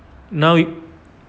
now